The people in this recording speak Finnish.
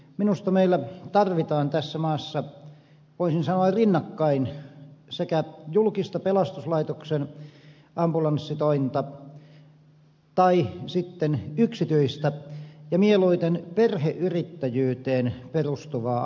minusta meillä tarvitaan tässä maassa voisin sanoa rinnakkain sekä julkista pelastuslaitoksen ambulanssitointa että yksityistä mieluiten perheyrittäjyyteen perustuvaa ambulanssitointa